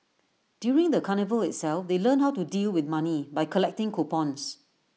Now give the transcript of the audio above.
during the carnival itself they learnt how to deal with money by collecting coupons